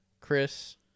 Chris